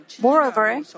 Moreover